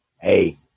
hey